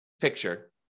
picture